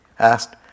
Asked